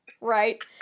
Right